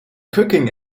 cooking